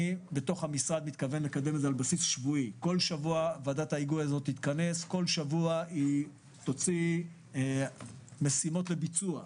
כל שבוע ועדת ההיגוי תתכנס וכל שבוע היא תוציא משימות לביצוע.